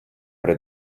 при